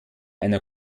einer